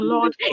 Lord